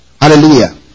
Hallelujah